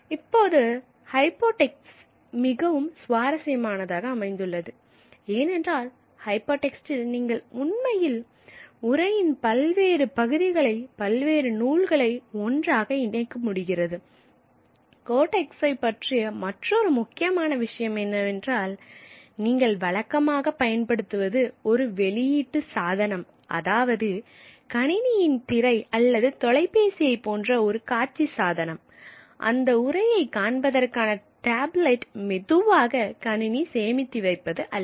இப்போது ஹைபர்டெக்ஸ்ட் மிகவும் சுவாரஸ்யமானதாக அமைந்துள்ளது ஏனென்றால் ஹை பர்டெக்ஸ்டில் நீங்கள் உண்மையில் உரையின் பல்வேறு பகுதிகளை பல்வேறு நூல்களை ஒன்றாக இணைக்க முடிகிறது கோடெ்க்ஸ்ட்டை பற்றிய மற்றொரு முக்கியமான விஷயம் என்னவென்றால் நீங்கள் வழக்கமாக பயன்படுத்துவது ஒரு வெளியீட்டு சாதனம் அதாவது கணினியின் திரை அல்லது தொலைபேசியை போன்ற ஒரு காட்சி சாதனம் நீங்கள் டேப்லெட்டில் காண்கின்ற உரை கணினி சேமித்து வைப்பது அல்ல